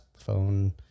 phone